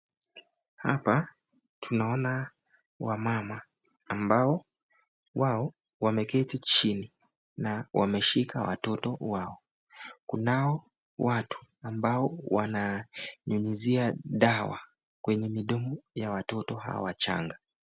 Hapa tunaona wamama ambao wao wameketi chini na wameshika watoto wao. Kunao watu ambao wananyunyizia dawa kwenye midomo ya watoto hawa wachanga.